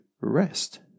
rest